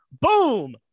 Boom